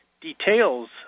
details